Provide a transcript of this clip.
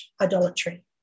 idolatry